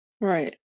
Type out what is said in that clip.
Right